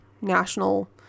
national